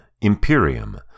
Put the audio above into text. Imperium